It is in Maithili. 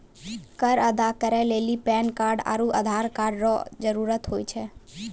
कर अदा करै लेली पैन कार्ड आरू आधार कार्ड रो जरूत हुवै छै